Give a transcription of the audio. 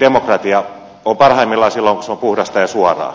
demokratia on parhaimmillaan silloin kun se on puhdasta ja suoraa